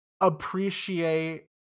appreciate